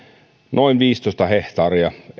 noin viisitoista hehtaaria